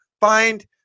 find